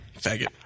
Faggot